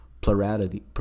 plurality